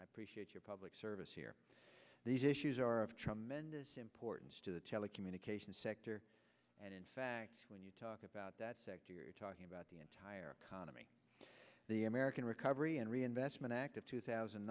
appreciate your public service here these issues are of tremendous importance to the telecommunications sector and in fact when you talk about that sector you're talking about the entire economy the american recovery and reinvestment act of two thousand